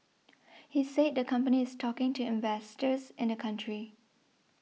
he said the company is talking to investors in the country